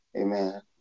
Amen